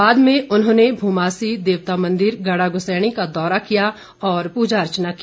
बाद में उन्होंने भूमासी देवता मंदिर गाड़ागुसैणी का दौरा किया और पूजा अर्चना की